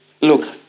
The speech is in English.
Look